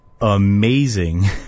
amazing